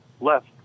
Left